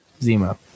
Zemo